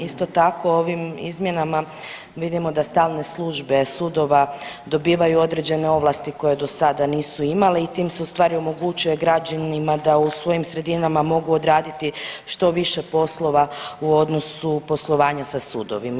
Isto tako ovim izmjenama vidimo da stalne službe sudova dobivaju određene ovlasti koje do sada nisu imali i tim se u stvari omogućuje građanima da u svojim sredinama mogu odraditi što više poslova u odnosu poslovanja sa sudovima.